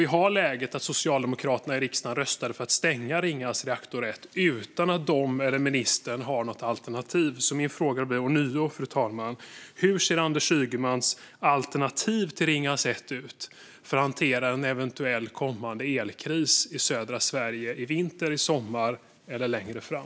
Vi har läget att Socialdemokraterna i riksdagen röstade för att stänga Ringhals reaktor 1 utan att de eller ministern har något alternativ. Min fråga blir därför ånyo, fru talman: Hur ser Anders Ygemans alternativ till Ringhals 1 ut när det gäller att hantera en eventuell kommande elkris i södra Sverige - i vinter, i sommar eller längre fram?